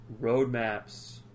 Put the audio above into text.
roadmaps